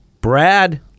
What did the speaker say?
Brad